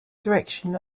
direction